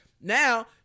Now